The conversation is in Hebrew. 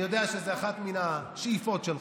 אני יודע שזו אחת מן השאיפות שלך.